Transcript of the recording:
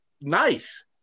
nice